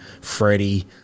Freddie